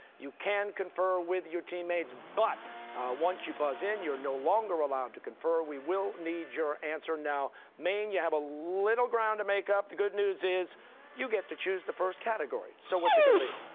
you can confer with your teammates, but once you buzz in, you're no longer allowed to confer, we will need your answer. now maine, you have a little ground to make up. the good news is you get to choose the first category. so what's it gonna be?